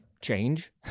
change